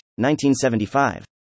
1975